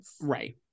Right